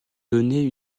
donner